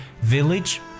village